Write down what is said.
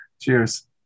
cheers